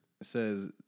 says